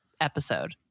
episode